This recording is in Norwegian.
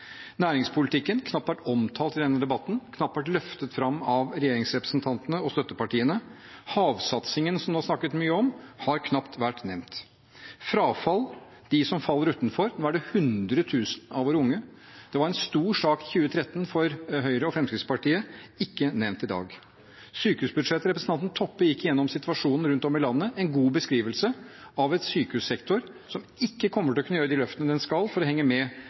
Næringspolitikken har knapt vært omtalt i denne debatten, har knapt vært løftet fram av regjeringsrepresentantene og støttepartiene. Havsatsingen, som det har vært snakket mye om, har knapt vært nevnt. Frafall – de som faller utenfor: Nå gjelder det 100 000 av våre unge. Det var en stor sak i 2013 for Høyre og Fremskrittspartiet – ikke nevnt i dag. Sykehusbudsjettet: Representanten Toppe gikk igjennom situasjonen rundt om i landet, en god beskrivelse av en sykehussektor som ikke kommer til å kunne gjøre de løftene den skal for å henge med